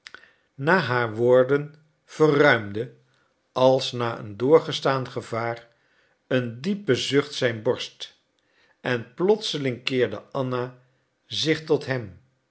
na haar woorden verruimde als na een doorgestaan gevaar een diepe zucht zijn borst en plotseling keerde anna zich tot hem